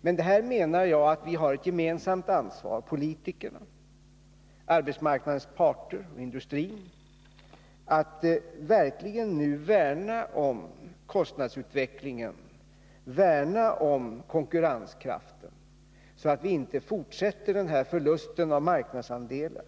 Men här menar jag att vi har ett gemensamt ansvar — politiker, arbetsmarknadens parter och industrin — för att nu verkligen värna om kostnadsutvecklingen, värna om konkurrenskraften, så att vi inte fortsätter att förlora marknadsandelar